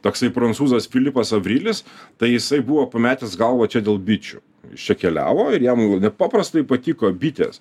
toksai prancūzas filipas avrilis tai jisai buvo pametęs galvą čia dėl bičių jis čia keliavo ir jam nepaprastai patiko bitės